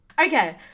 Okay